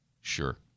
Sure